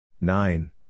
Nine